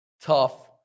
tough